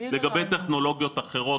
לגבי טכנולוגיות בדיקות אחרות.